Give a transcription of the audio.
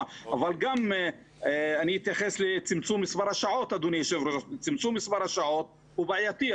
אבל אני אתייחס לצמצום מספר השעות שהוא בעייתי.